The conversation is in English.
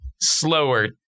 slower